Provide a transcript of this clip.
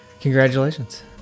Congratulations